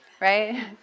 right